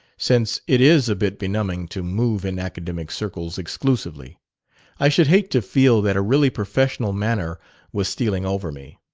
since it is a bit benumbing to move in academic circles exclusively i should hate to feel that a really professorial manner was stealing over me.